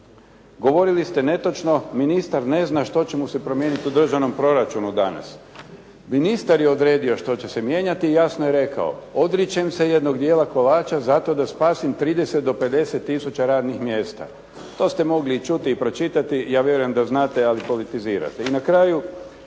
Govorili ste netočno "Ministar ne zna što će mu se promijeniti u državnom proračunu danas.". Ministar je odredio što će se mijenjati i jasno je rekao "Odričem se jednog dijela kolača zato da spasim 30 do 50 tisuća radnih mjesta.". To ste mogli i čuti i pročitati, ja vjerujem da znate ali politizirate.